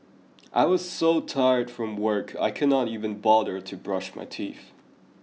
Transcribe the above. I was so tired from work I could not even bother to brush my teeth